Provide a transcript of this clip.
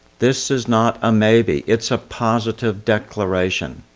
this is not a maybe, it's a positive declaration.